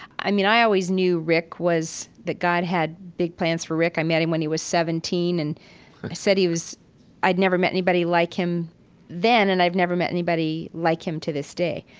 i mean, i always knew rick was that god had big plans for rick. i met him when he was seventeen. and i said he was i had never met anybody like him then and i've never met anybody like him to this day.